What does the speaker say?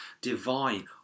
divine